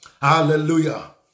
Hallelujah